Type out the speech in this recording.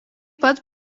pat